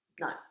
no